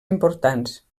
importants